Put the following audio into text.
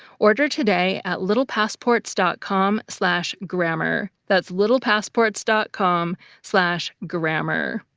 order today at little passports dot com slash grammar. that's little passports dot com slash grammar.